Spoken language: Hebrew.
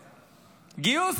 גיוס,